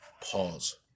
pause